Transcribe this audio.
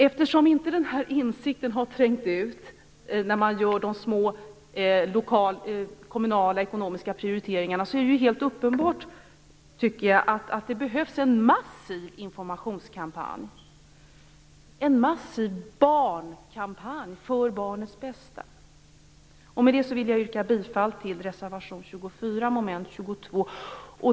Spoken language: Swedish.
Eftersom inte denna insikt har trängt ut till dem som gör de små kommunala ekonomiska prioriteringarna tycker jag att det är uppenbart att det behövs en massiv informationskampanj, en massiv barnkampanj för barnets bästa. Med det vill jag yrka bifall till reservation 24, mom 22.